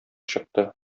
чыкты